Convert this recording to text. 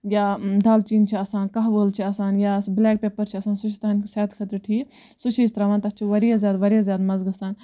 یا دالچیٖن چھِ آسان قَہوٕ ٲل چھ آسان یا سُہ بلیک پیٚپَر چھ آسان سُہ چھُ سانہِ صحتہِ خٲطرٕ ٹھیٖک سُہ چھِ أسۍ تراوان تتھ چھ واریاہ زیاد واریاہ زیاد مَزٕ گَژھان